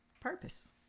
purpose